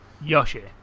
Yoshi